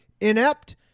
inept